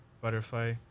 butterfly